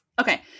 Okay